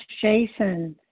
Jason